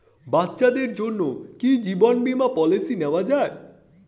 বাচ্চাদের জন্য কি জীবন বীমা পলিসি নেওয়া যায়?